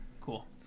Cool